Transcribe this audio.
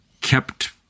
kept